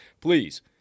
please